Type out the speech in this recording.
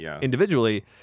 individually